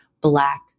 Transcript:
black